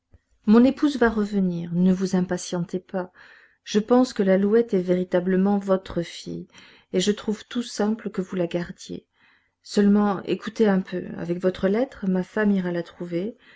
mon épouse va revenir ne vous impatientez pas je pense que l'alouette est véritablement votre fille et je trouve tout simple que vous la gardiez seulement écoutez un peu avec votre lettre ma femme ira la trouver